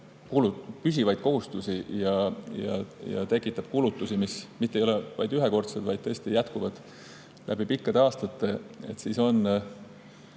püsivaid kohustusi ja tekitab kulutusi, mis ei ole ühekordsed, vaid tõesti jätkuvad läbi pikkade aastate, siis on